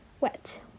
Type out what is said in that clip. wet